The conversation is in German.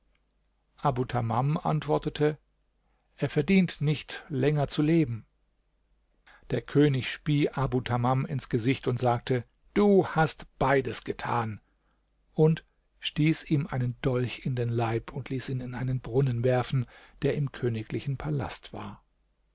antwortete er verdient nicht länger zu leben der könig spie abu tamam ins gesicht und sagte du hast beides getan stieß ihm einen dolch in den leib und ließ ihn in einen brunnen werfen der im königlichen palast war